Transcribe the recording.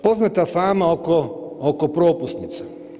Poznata fama oko propusnica.